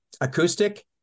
acoustic